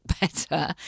better